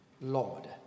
Lord